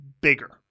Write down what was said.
bigger